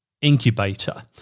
Incubator